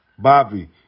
Bobby